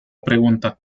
pregunta